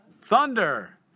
thunder